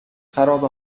خرابه